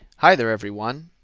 hi there everyone.